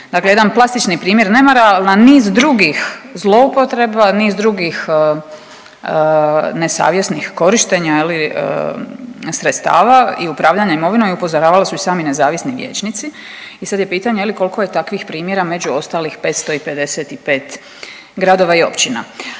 Dakle, jedan klasični primjer nemara, ali na niz drugih zloupotreba, niz drugih nesavjesnih korištenja sredstava i upravljanja imovinom i upozoravali su i sami nezavisni vijećnici. I sad je pitanje koliko je takvih primjera među ostalih 555 gradova i općina.